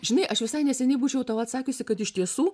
žinai aš visai neseniai būčiau tau atsakiusi kad iš tiesų